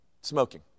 Smoking